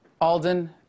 Alden